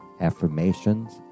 affirmations